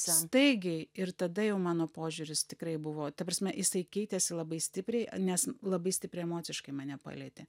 staigiai ir tada jau mano požiūris tikrai buvo ta prasme jisai keitėsi labai stipriai nes labai stipriai emociškai mane palietė